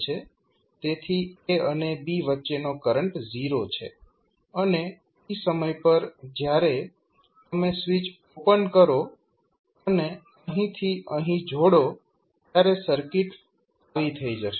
તેથી a અને b વચ્ચેનો કરંટ 0 છે અને t સમય પર જ્યારે તમે સ્વિચ ઓપન કરો અને અહીંથી અહીં જોડો ત્યારે સર્કિટ આવી થઈ જશે